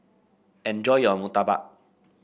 enjoy your murtabak